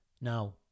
Now